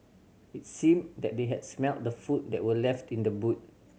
it seemed that they had smelt the food that were left in the boot